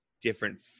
different